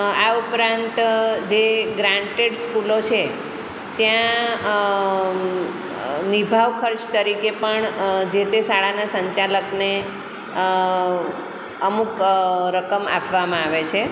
આ ઉપરાંત જે ગ્રાન્ટેડ સ્કૂલો છે ત્યાં નીભાવ ખર્ચ તરીકે પણ જે તે શાળાના સંચાલકને અમુક રકમ આપવામાં આવે છે